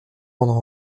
rendre